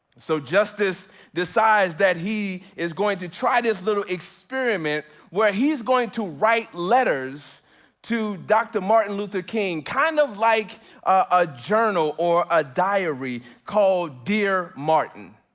so justice decides that he is going to try this little experiment where he's going to write letters to dr. martin luther king, kind of like a journal or a diary called dear martin.